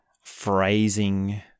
phrasing